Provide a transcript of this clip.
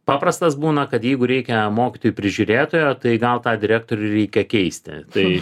paprastas būna kad jeigu reikia mokytojų prižiūrėtojo tai gal tą direktorių reikia keisti tai